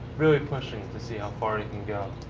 really pushing to see how far he can go.